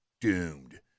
doomed